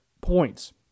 points